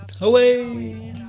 away